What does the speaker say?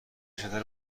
چطور